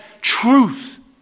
truth